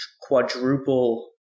quadruple